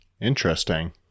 Interesting